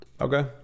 Okay